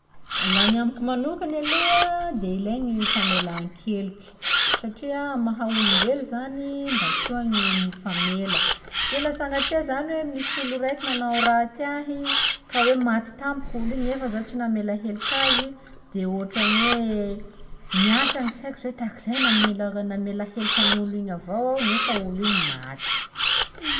Laha ny amiko manokany aloha de ilaigny famelan-keloky satria amy maha olombelo zany mba soa gny mifamela, zay laha sagnatria zany misy olo raiky nanao raty ahy kanefa maty tampoky igny olo igny kanefa zaho tsy namela heloka azy, de hôtrany hoe miasa gny saiko zay hoe tahak'izay zaho namelary- namela heloka an'igny olo igny avao nefa olo igny maty, hmm.